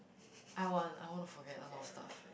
I want I want to forget a lot of stuff like